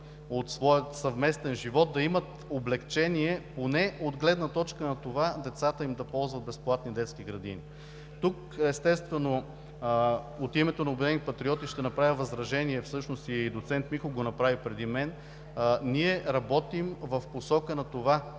от своя съвместен живот, да имат облекчение поне от гледна точка на това децата им да ползват безплатни детски градини. Тук, естествено, от името на „Обединени патриоти“ ще направя възражение, всъщност и доцент Михов го направи преди мен, ние работим в посока на това